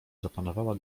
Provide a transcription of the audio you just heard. zapanowała